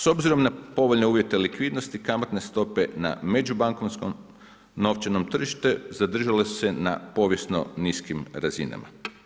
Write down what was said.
S obzirom na povoljne uvjete likvidnosti, kamatne stope na međubankarskom novčanom tržištu, zadržale su se na povijesno niskim razinama.